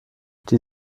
die